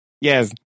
Yes